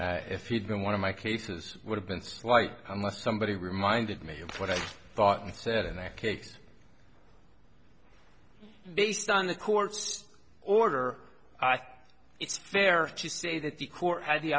if he'd been one of my cases would have been slight unless somebody reminded me of what i thought and said in that case based on the court's order i think it's fair to say that the court had the